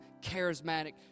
charismatic